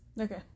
Okay